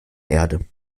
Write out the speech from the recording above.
erde